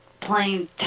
plain